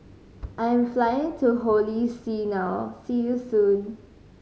I'm flying to Holy See now see you soon